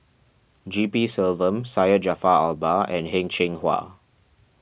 G P Selvam Syed Jaafar Albar and Heng Cheng Hwa